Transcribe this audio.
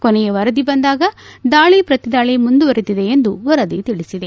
ಕೊನೆಯ ವರದಿ ಬಂದಾಗ ದಾಳಿ ಪ್ರತಿದಾಳಿ ಮುಂದುವರೆದಿದೆ ಎಂದು ವರದಿ ತಿಳಿಸಿದೆ